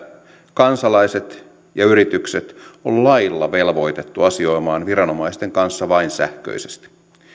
kansalaiset ja yritykset on lailla velvoitettu asioimaan viranomaisten kanssa vain sähköisesti